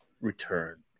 return